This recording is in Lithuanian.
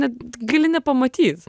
net gali nepamatyt